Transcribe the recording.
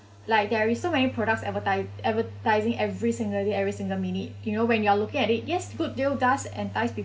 like there is so many products advertis~ advertising every single day every single minute you know when you're looking at it yes good deal does entice with